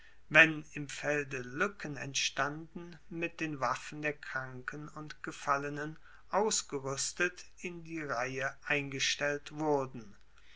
wenn im felde luecken entstanden mit den waffen der kranken und gefallenen ausgeruestet in die reihe eingestellt wurden